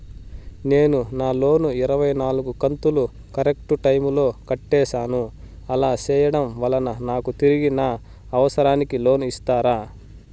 నేను నా లోను ఇరవై నాలుగు కంతులు కరెక్టు టైము లో కట్టేసాను, అలా సేయడం వలన నాకు తిరిగి నా అవసరానికి లోను ఇస్తారా?